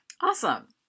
Awesome